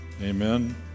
Amen